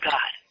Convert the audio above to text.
God